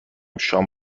شام